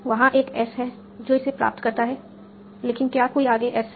वहाँ एक S है जो इसे प्राप्त करता है लेकिन क्या कोई आगे S है